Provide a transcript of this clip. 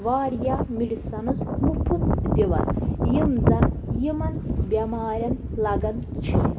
واریاہ مِڈِسَنٕز مُفت دِوان یِم زَنہٕ یِمَن بٮ۪مارٮ۪ن لَگان چھِ